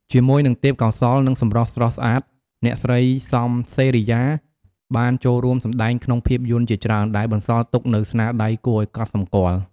ជាមួយនឹងទេពកោសល្យ និងសម្រស់ស្រស់ស្អាត អ្នកស្រី សំ សេរីយ៉ា បានចូលរួមសម្តែងក្នុងភាពយន្តជាច្រើន ដែលបន្សល់ទុកនូវស្នាដៃគួរឲ្យកត់សម្គាល់។